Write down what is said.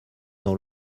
dans